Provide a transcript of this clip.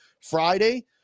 Friday